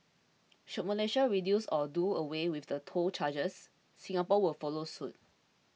should Malaysia reduce or do away with the toll charges Singapore will follow suit